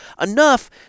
enough